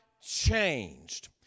changed